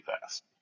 fast